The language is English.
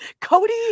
cody